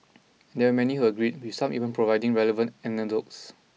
and there many who agreed with some even providing relevant anecdotes